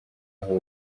aho